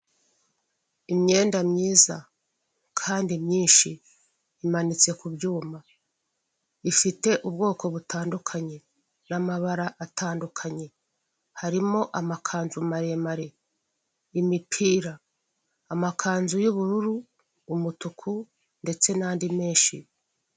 Ahantu hari habereye amatora abaturage bamwe bari kujya gutora abandi bari kuvayo ku marembo y'aho hantu hari habereye amatora hari hari banderore yanditseho repubulika y'u Rwanda komisiyo y'igihugu y'amatora, amatora y'abadepite ibihumbi bibiri na cumi n'umunani twitabire amatora duhitemo neza.